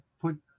put